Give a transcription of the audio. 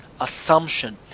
assumption